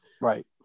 Right